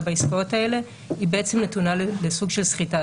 בעסקאות האלה היא בעצם נתונה לסוג של סחיטה.